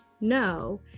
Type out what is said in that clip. No